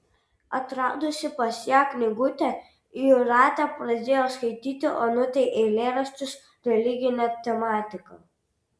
atradusi pas ją knygutę jūratė pradėjo skaityti onutei eilėraščius religine tematika